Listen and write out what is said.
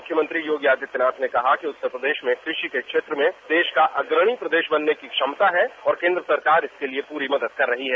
मुख्यमंत्री योगी आदित्यनाथ ने कहा कि उत्तर प्रदेश में कृषि के क्षेत्र में देश का अग्रणी प्रदेश बनने की क्षमता है और केन्द्र सरकार इसके लिए पूरी मदद कर रही है